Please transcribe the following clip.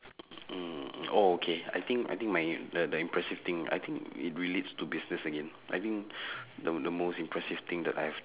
mm oh okay I think I think my the the impressive thing I think it relates to business again I think the the most impressive thing that I've